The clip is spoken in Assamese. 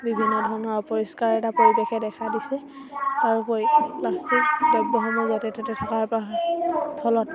বিভিন্ন ধৰণৰ অপৰিষ্কাৰ এটা পৰিৱেশে দেখা দিছে তাৰ উপৰি প্লাষ্টিক দ্ৰব্যসমূহ য'তে ত'তে থকাৰ ফলত